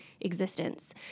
existence